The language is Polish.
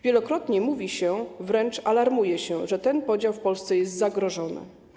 Wielokrotnie mówi się, wręcz alarmuje, że ten podział w Polsce jest zagrożony.